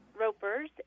ropers